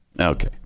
Okay